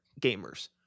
gamers